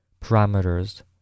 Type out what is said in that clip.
Parameters